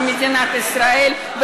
במדינת ישראל,